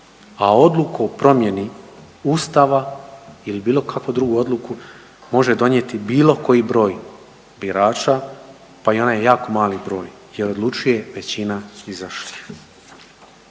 a odluku o promjeni Ustava ili bilo kakvu drugu odluku može donijeti bilo koji broj birača, pa i onaj jako mali broj gdje odlučuje većina izašlih.